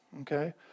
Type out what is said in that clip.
Okay